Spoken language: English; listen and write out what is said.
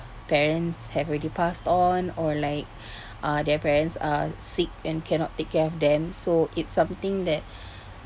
parents have already passed on or like uh their parents are sick and cannot take care of them so it's something that